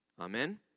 Amen